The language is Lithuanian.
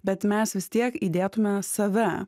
bet mes vis tiek įdėtume save